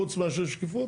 חוץ מאשר שקיפות,